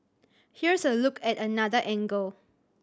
here's a look at another angle